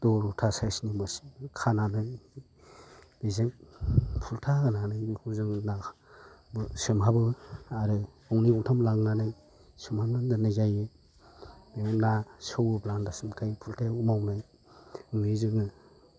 दरथा साइसनि बोरसि खानानै बिजों फुलथा होनानै बे जोङो सोमहाबो आरो गंनै गंथाम लांनानै सोमहाबनानै दोननाय जायो बेव ना सौयोब्ला आन्दास मोनखायो फुलथायाव मावनाय नुयो जोङो